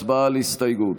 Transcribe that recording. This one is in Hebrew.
הצבעה על הסתייגות.